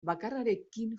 bakarrarekin